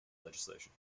legislation